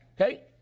Okay